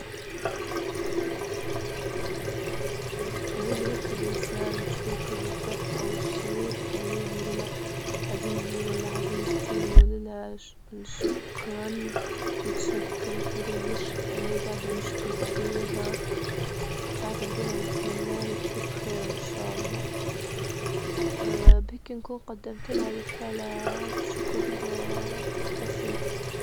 لما نبي نكتب رسالة شكر لشخص أول شي نحييه نجول له عزيزي ولا عزيزتي، نجول لها ش- شكرا نتشكرك، نجول لها ليش أني جاعدة نشكر فيها، بعدها نجول لها نتمنى لك كل خير إن شاء الله بهيك نكون قدمت لها رسالة شكر بسيطة.